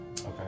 Okay